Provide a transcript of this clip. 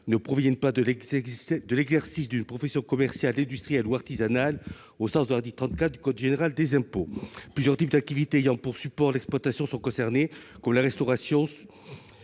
ne proviennent pas de l'exercice d'une profession commerciale, industrielle ou artisanale, au sens de l'article 34 du code général des impôts. Plusieurs types d'activité ayant pour support l'exploitation sont concernés comme la restauration,